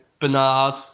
Bernard